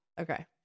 Okay